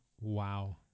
Wow